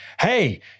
hey